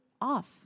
off